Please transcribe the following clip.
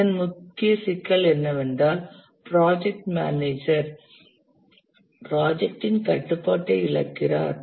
இதன் முக்கிய சிக்கல் என்னவென்றால் ப்ராஜெக்ட் மேனேஜர் ப்ராஜெக்டின் கட்டுப்பாட்டை இழக்கிறார்